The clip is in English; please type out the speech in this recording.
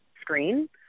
screen